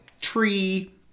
tree